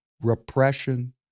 repression